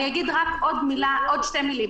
אגיד רק עוד שתי מילים.